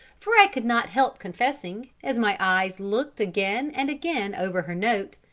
for i could not help confessing, as my eyes looked again and again over her note,